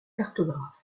cartographe